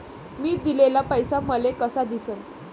मी दिलेला पैसा मले कसा दिसन?